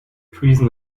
treason